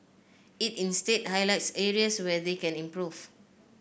it instead highlights areas where they can improve